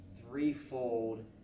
threefold